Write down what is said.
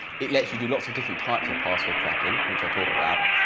it lets you do lots of different types of password cracking which i'll talk about